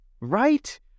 Right